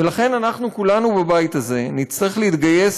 ולכן אנחנו כולנו בבית הזה נצטרך להתגייס